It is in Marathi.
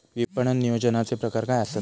विपणन नियोजनाचे प्रकार काय आसत?